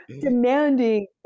demanding